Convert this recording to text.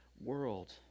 world